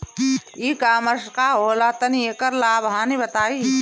ई कॉमर्स का होला तनि एकर लाभ हानि बताई?